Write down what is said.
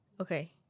Okay